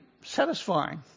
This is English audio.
satisfying